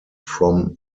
from